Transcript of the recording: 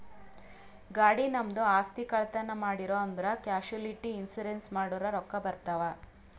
ಗಾಡಿ, ನಮ್ದು ಆಸ್ತಿ, ಕಳ್ತನ್ ಮಾಡಿರೂ ಅಂದುರ್ ಕ್ಯಾಶುಲಿಟಿ ಇನ್ಸೂರೆನ್ಸ್ ಮಾಡುರ್ ರೊಕ್ಕಾ ಬರ್ತಾವ್